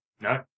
No